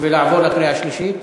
ונעבור לקריאה השלישית?